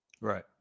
Right